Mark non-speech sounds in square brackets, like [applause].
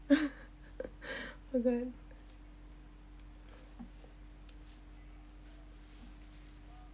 [laughs] okay